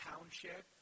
Township